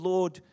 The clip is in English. Lord